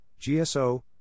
GSO